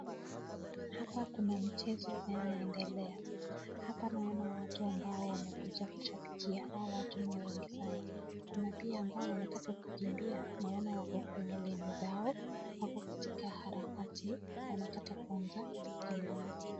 hapa kuna michezo inayoaendelea hapa naona kuna watu amabo wamekuja kushabikia hawa watu ni wengi sana kuna pia ambao wanataka kukimbia naona wako kwenye laini zao wako katika harakati wanataka kuanza kukimbia.